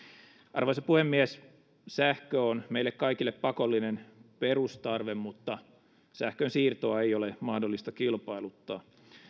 arvoisa puhemies sähkö on meille kaikille pakollinen perustarve mutta sähkönsiirtoa ei ole mahdollista kilpailuttaa